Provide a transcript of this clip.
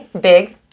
big